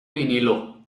vinilo